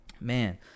man